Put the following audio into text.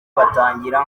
batangira